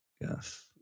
Yes